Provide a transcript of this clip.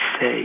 say